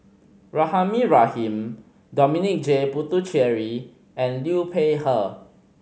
Rahimah Rahim Dominic J Puthucheary and Liu Peihe